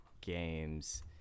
games –